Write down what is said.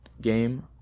game